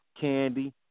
candy